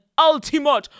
ultimate